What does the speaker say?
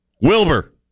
Wilbur